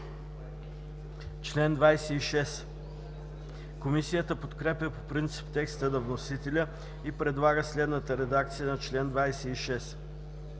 2016 г. Комисията подкрепя по принцип текста на вносителя и предлага следната редакция на чл. 25: